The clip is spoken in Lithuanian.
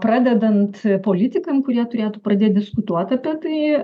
pradedant politikam kurie turėtų pradėt diskutuot apie tai